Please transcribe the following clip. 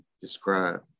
describe